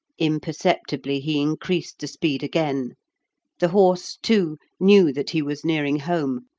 imperceptibly he increased the speed again the horse, too, knew that he was nearing home,